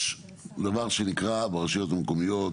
יש דבר שנקרא ברשויות המקומיות,